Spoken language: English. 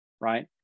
right